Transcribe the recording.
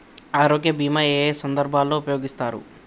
ఆరోగ్య బీమా ఏ ఏ సందర్భంలో ఉపయోగిస్తారు?